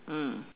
mm